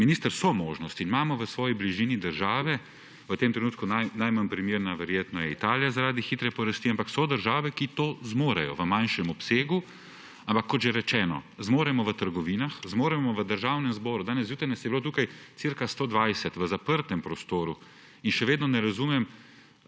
minister, so možnosti in imamo v svoji bližini države, v tem trenutku najmanj primerna je verjetno Italija zaradi hitre porasti, ampak so države, ki to zmorejo v manjšem obsegu. Ampak kot že rečeno, zmoremo v trgovinah, zmoremo v Državnem zboru, danes zjutraj nas je bilo tukaj cirka 120 v zaprtem prostoru in še vedno ne razumem